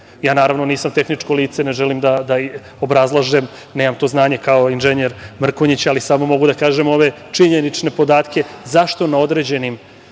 Ja naravno nisam tehničko lice, ne želim da obrazlažem, nemam to znanje kao inženjer Mrkonjić, ali samo mogu da kažem ove činjenične podatke zašto će na određenim